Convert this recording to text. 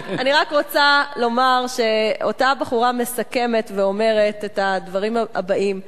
אני רק רוצה לומר שאותה בחורה מסכמת ואומרת את הדברים הבאים.